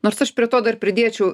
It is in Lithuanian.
nors aš prie to dar pridėčiau